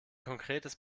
konkretes